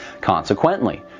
Consequently